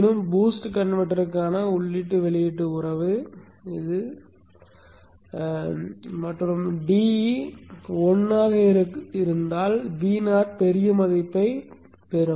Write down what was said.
இருப்பினும் பூஸ்ட் கன்வெர்ட்டருக்கான உள்ளீட்டு வெளியீட்டு உறவு இது போன்றது மற்றும் d இல் 1 ஆக இருந்தால் Vo பெரிய மதிப்பை அடையும்